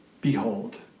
behold